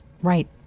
Right